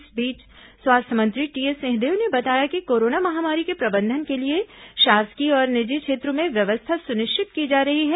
इस बीच स्वास्थ्य मंत्री टीएस सिंहदेव ने बताया कि कोरोना महामारी के प्रबंधन के लिए शासकीय और निजी क्षेत्रों में व्यवस्था सुनिश्चित की जा रही है